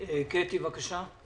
ולשרוד בכיסאותיהם.